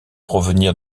provenir